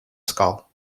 skull